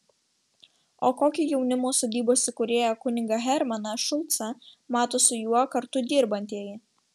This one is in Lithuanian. o kokį jaunimo sodybos įkūrėją kunigą hermaną šulcą mato su juo kartu dirbantieji